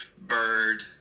bird